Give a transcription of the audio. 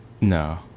No